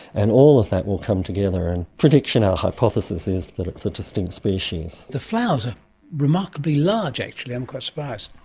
and all of that will come together, and our prediction, our hypothesis is that it's a distinct species. the flowers are remarkably large actually, i'm quite surprised.